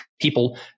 people